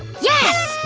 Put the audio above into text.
yes!